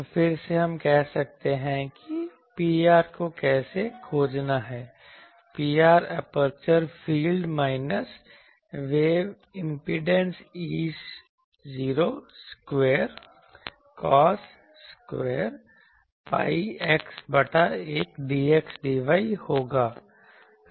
तो फिर से हम कह सकते हैं कि Pr को कैसे खोजना है Pr aperture field minus wave impedance E0 square cos square pi x बटा एक dxdy होगा